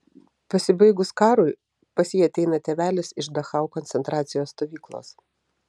pasibaigus karui pas jį ateina tėvelis iš dachau koncentracijos stovyklos